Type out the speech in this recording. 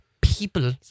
People